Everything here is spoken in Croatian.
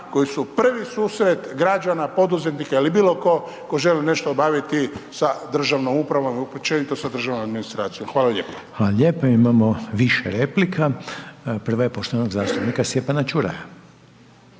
koji su prvi susret građana, poduzetnika ili bilo tko tko želi nešto obaviti sa državnom upravom i općenito sa državnom administracijom. Hvala lijepa. **Reiner, Željko (HDZ)** Hvala lijepa. Imamo više replika, prva je poštovanog zastupnika Stjepana Ćuraja.